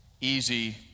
easy